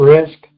Risk